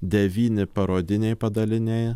devyni parodiniai padaliniai